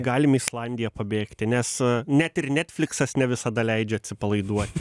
galim į islandiją pabėgti nes net ir netfliksas ne visada leidžia atsipalaiduoti